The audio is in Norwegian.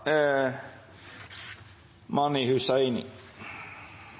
Mani Hussaini